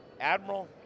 Admiral